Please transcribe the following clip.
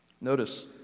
Notice